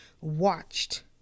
watched